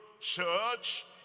church